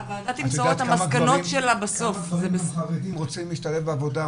את יודעת כמה גברים רוצים להשתלב בעבודה,